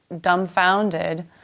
dumbfounded